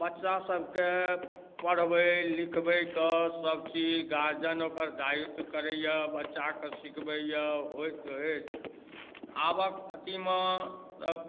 बच्चा सबके पढ़बय लिखबयके सब चीज गार्जियन ओकर दायित्व करइ यऽ बच्चाके सिखबइ यऽ होइत होइत आबक अथीमे